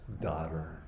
daughter